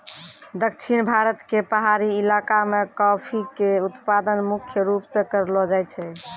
दक्षिण भारत के पहाड़ी इलाका मॅ कॉफी के उत्पादन मुख्य रूप स करलो जाय छै